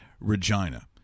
Regina